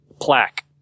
plaque